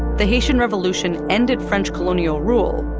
the haitian revolution ended french colonial rule.